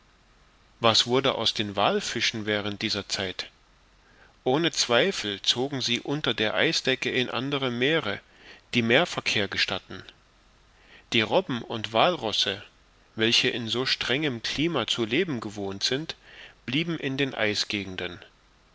was wurde aus den wallfischen während dieser zeit ohne zweifel zogen sie unter der eisdecke in andere meere die mehr verkehr gestatten die robben und wallrosse welche in so strengem klima zu leben gewohnt sind blieben in den eisgegenden